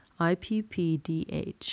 IPPDH